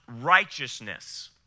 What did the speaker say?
righteousness